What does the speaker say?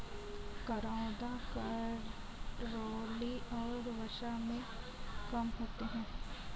करौंदा कैलोरी और वसा में कम होते हैं